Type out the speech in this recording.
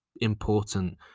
important